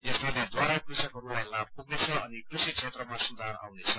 यस निर्णयद्वारा कृषकहरूलाई लाभ पुग्नेछ अनि कृषि क्षेत्रमा सुधार आउनेछ